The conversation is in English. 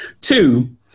Two